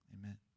Amen